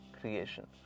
creation